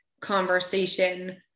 conversation